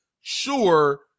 Sure